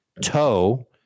toe